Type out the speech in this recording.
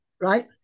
Right